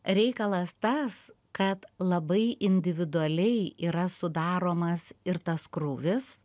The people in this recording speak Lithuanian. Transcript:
reikalas tas kad labai individualiai yra sudaromas ir tas krūvis